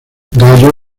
gallo